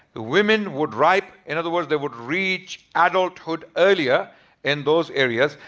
the women would ripe, in other words, they would reach adulthood earlier in those areas.